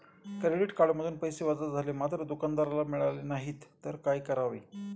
Credit कार्डमधून पैसे वजा झाले मात्र दुकानदाराला मिळाले नाहीत तर काय करावे?